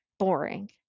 Boring